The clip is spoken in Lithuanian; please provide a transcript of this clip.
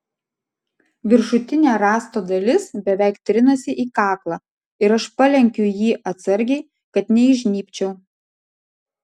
viršutinė rąsto dalis beveik trinasi į kaklą ir aš palenkiu jį atsargiai kad neįžnybčiau